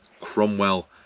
Cromwell